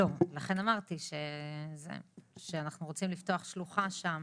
לא, לכן אמרתי שאנחנו רוצים לפתוח שלוחה שם.